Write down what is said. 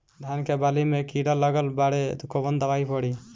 धान के बाली में कीड़ा लगल बाड़े कवन दवाई पड़ी?